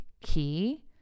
key